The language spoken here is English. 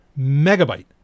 megabyte